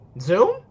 Zoom